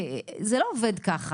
זה לא עובד ככה.